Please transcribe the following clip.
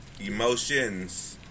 emotions